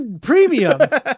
premium